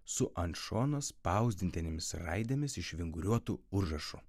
su ant šono spausdintinėmis raidėmis išvinguriuotu užrašu